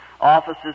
offices